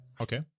Okay